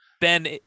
Ben